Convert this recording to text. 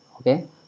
okay